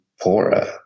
poorer